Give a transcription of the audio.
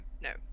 no